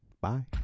Bye